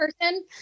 person